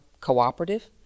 cooperative